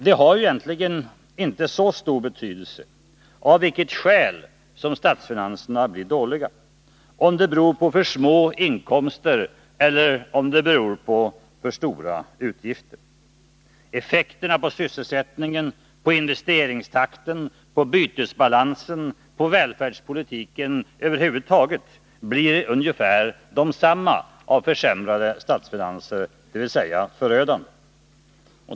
Det har ju inte så stor betydelse av vilket skäl som statsfinanserna blir dåliga, om det beror på för små inkomster eller om det beror på för stora utgifter. Effekterna på sysselsättningen, på investeringstakten, på bytesbalansen och på välfärdspolitiken över huvud taget blir ungefär desamma oavsett vad som skapar de försämrade statsfinanserna, dvs. förödande.